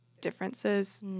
differences